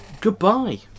goodbye